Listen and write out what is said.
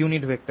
unit vector